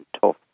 tough